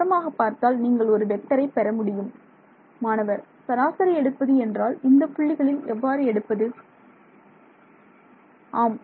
மொத்தமாக பார்த்தால் நீங்கள் ஒரு வெக்டரை பெற முடியும் மாணவர் சராசரி எடுப்பது என்றால் இந்த புள்ளிகளில் எவ்வாறு எடுப்பது ஆம்